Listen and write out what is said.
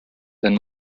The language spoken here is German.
denn